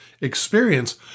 experience